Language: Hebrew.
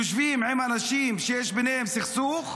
יושבים עם אנשים שיש ביניהם סכסוך,